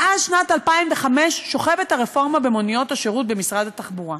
מאז שנת 2005 שוכבת הרפורמה במוניות השירות במשרד התחבורה.